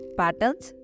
patterns